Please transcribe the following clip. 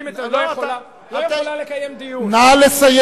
לא התכוונה לקיים דיון, נא לסיים.